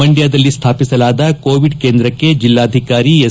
ಮಂಡ್ಕದಲ್ಲಿ ಸ್ಮಾಪಿಸಲಾದ ಕೋವಿಡ್ ಕೇಂದ್ರಕ್ಷೆ ಜಿಲ್ಲಾಧಿಕಾರಿ ಎಸ್